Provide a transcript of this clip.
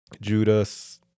Judas